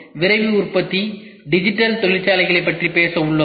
பின்னர் விரைவு உற்பத்தி டிஜிட்டல் தொழிற்சாலைகளைப் பற்றி பேச உள்ளோம்